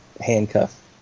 handcuff